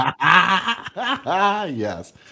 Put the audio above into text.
Yes